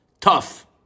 Tough